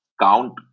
count